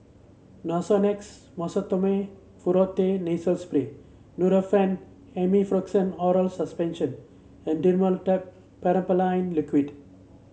Nasonex Mometasone Furoate Nasal Spray Nurofen Oral Suspension and Dimetapp Phenylephrine Liquid